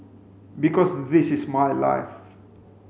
because this is my life